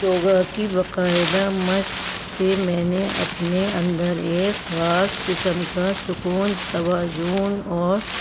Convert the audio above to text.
یوگا کی باقاعدہ مشق سے میں نے اپنے اندر ایک خاص قسم کا سکون توازن اور